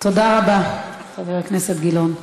תודה רבה, חבר הכנסת אילן גילאון.